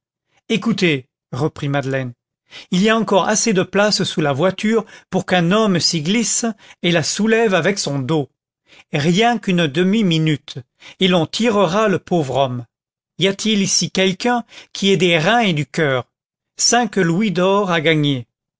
écoutez reprit madeleine il y a encore assez de place sous la voiture pour qu'un homme s'y glisse et la soulève avec son dos rien qu'une demi-minute et l'on tirera le pauvre homme y a-t-il ici quelqu'un qui ait des reins et du coeur cinq louis d'or à gagner